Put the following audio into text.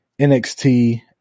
NXT